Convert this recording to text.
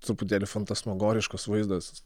truputėlį fantasmagoriškas vaizdas